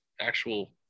actual